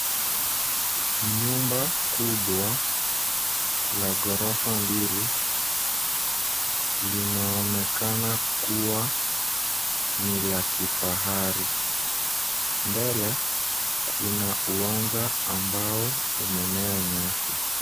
Nyumba kubwa la ghorofa mbili linaonekana kuwa ni la kifahari. Mbele kuna uwanja ambao umemea nyasi.